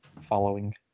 following